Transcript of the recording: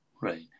right